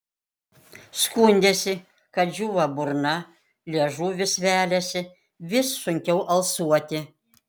skundėsi kad džiūva burna liežuvis veliasi vis sunkiau alsuoti